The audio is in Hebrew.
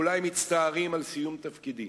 ואולי מצטערים על סיום תפקידי.